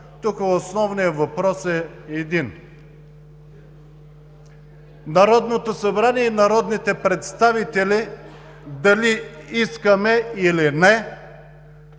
основният въпрос е един: Народното събрание и народните представители дали искаме, или не,